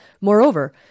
Moreover